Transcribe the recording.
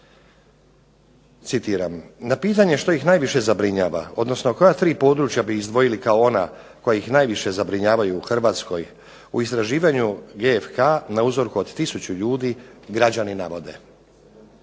na pitanje što ih najviše zabrinjava, odnosno koja tri područja bi izdvojili kao ona koja ih najviše zabrinjavaju u Hrvatskoj u istraživanju GFK na uzorku od tisuću ljudi građani navode: